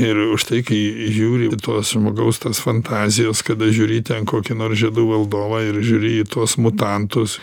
ir už tai kai žiūri į tuos žmogaus tos fantazijas kada žiūri ten kokį nors žiedų valdovą ir žiūri į tuos mutantus